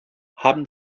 haben